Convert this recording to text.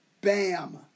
BAM